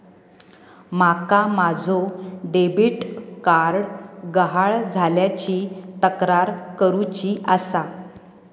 माका माझो debit card गहाळ झाल्याची तक्रार करुची आसा